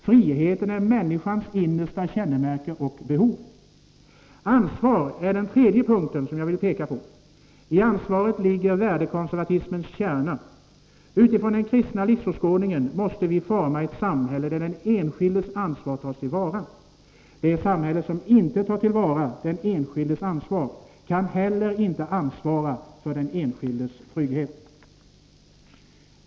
Friheten är människans innersta kännemärke och behov. Ansvaret är den tredje punkt som jag vill peka på. I ansvaret ligger värdekonservatismens kärna. Utifrån den kristna livsåskådningen måste vi forma ett samhälle, där den enskildes ansvar tas till vara. Det samhälle som inte tar till vara den enskildes ansvar kan inte heller ansvara för den enskildes trygghet.